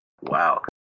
Wow